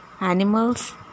animals